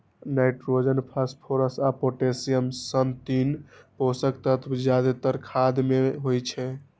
nitrogen, phosphorus आ potassium सन तीन पोषक तत्व जादेतर खाद मे होइ छै